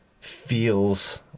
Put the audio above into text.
feels